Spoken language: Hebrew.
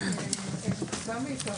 12:13.